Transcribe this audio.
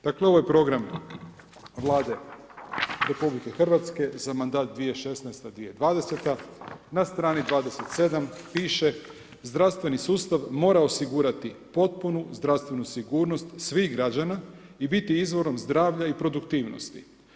Dakle ovo je program Vlade RH za mandat 2016. – 2020. na strani 27. piše: Zdravstveni sustav mora osigurati potpunu zdravstvenu sigurnost svih građana i biti izvorom zdravlja i produktivnosti.